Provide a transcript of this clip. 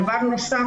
דבר נוסף,